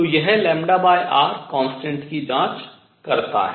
तो यह λrconstant की जाँच करता है